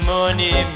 Money